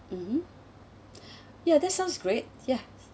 mmhmm yeah that sounds great yeah